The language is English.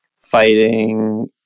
fighting